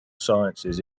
sciences